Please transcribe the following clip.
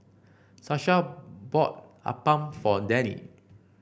Sasha bought appam for Danny